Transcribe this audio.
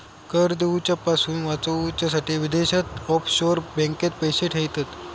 कर दिवच्यापासून वाचूच्यासाठी विदेशात ऑफशोअर बँकेत पैशे ठेयतत